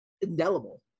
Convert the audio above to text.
indelible